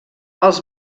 els